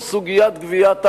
הוא סוגיית גביית הארנונה.